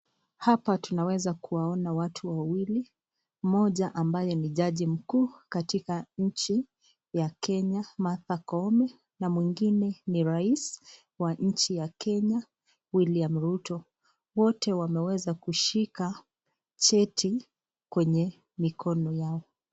Hapa tunaweza kuwaona watu wawili, mmoja ambaye ni jaji mkuu katika nchi ya Kenya Martha Koome na mwingine ni rais wa nchi ya Kenya William Ruto. Wote wameweza kushika jeti kwenye mikono yao.